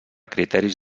criteris